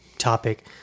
topic